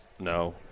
No